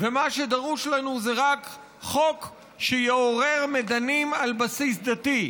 ומה שדרוש לנו זה רק חוק שיעורר מדנים על בסיס דתי.